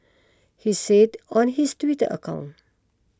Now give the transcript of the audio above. he said on his Twitter account